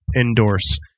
endorse